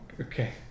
okay